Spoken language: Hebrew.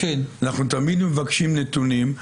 אנחנו תמיד מבקשים נתונים.